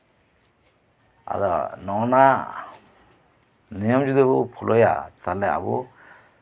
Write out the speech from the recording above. ᱟᱫᱚ ᱱᱚᱜᱼᱚ ᱱᱟ ᱱᱤᱭᱚᱢ ᱡᱩᱫᱤ ᱵᱚᱱ ᱯᱷᱳᱞᱳᱭᱟ ᱛᱟᱦᱞᱮ ᱟᱵᱚ